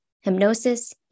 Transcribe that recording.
hypnosis